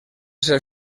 ser